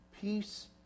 peace